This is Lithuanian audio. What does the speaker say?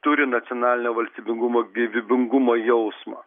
turi nacionalinio valstybingumo gyvybingumo jausmą